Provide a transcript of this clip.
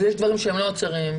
יש דברים שהם לא אוצריים.